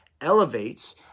elevates